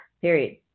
Period